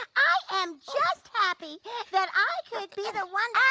i am just happy that i could be the one